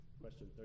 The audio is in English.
Question